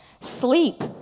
Sleep